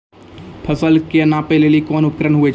फसल कऽ नापै लेली कोन उपकरण होय छै?